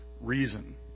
reason